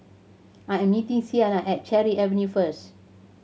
I am meeting Sienna at Cherry Avenue first